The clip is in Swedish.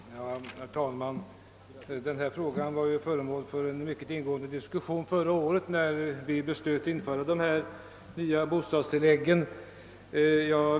Herr talman! Denna fråga var föremål för en mycket ingående diskussion förra året när vi beslöt införa de nya bostadstilläggen.